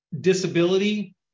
disability